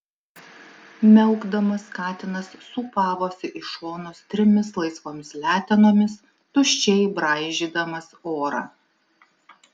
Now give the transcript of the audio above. miaukdamas katinas sūpavosi į šonus trimis laisvomis letenomis tuščiai braižydamas orą